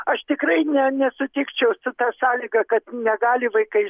aš tikrai ne nesutikčiau su ta sąlyga kad negali vaikai